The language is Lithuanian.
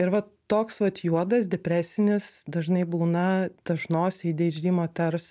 ir vat toks vat juodas depresinis dažnai būna dažnos adhd moters